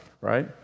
right